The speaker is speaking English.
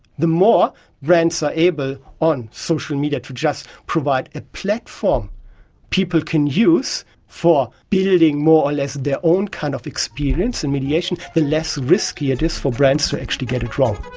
the more brands are able on social media to just provide a platform people can use for building more or less their own kind of experience, and mediation, the less risky it is for brands to actually get it wrong.